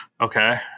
Okay